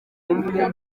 umwe